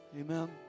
Amen